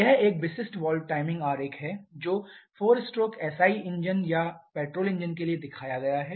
यह एक विशिष्ट वाल्व टाइमिंग आरेख है जो 4 स्ट्रोक एसआई इंजन या पेट्रोल इंजन के लिए दिखाया गया है